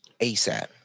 ASAP